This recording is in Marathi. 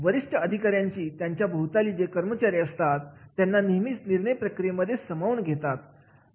वरिष्ठ अधिकारी त्यांच्या भोवताली जे कर्मचारी असतात त्यांना नेहमीच निर्णय प्रक्रियेमध्ये सामावून घेतात